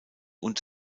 und